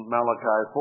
Malachi